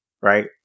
right